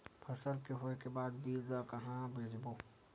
फसल के होय के बाद बीज ला कहां बेचबो?